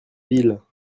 villes